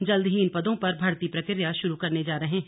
जल्द ही इन पदों पर भर्ती प्रक्रिया शुरू करने जा रहे हैं